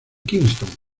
kingston